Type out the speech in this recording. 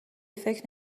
فکر